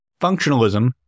Functionalism